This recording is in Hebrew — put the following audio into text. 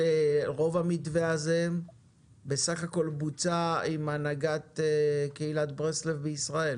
אני מבין שרוב המתווה הזה בסך הכול בוצע עם הנהגת קהילת ברסלב בישראל.